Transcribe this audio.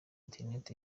internet